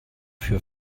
für